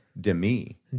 Demi